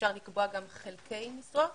אפשר לקבוע גם חלקי משרות